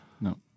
No